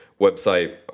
website